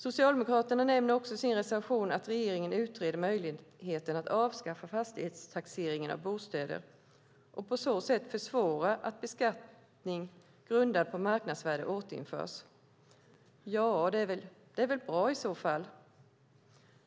Socialdemokraterna nämner också i sin reservation att regeringen utreder möjligheten att avskaffa fastighetstaxeringen av bostäder och på så sätt försvåra att beskattning grundad på marknadsvärde återinförs. Ja, det är väl bra i så fall.